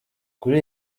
kuri